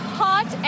hot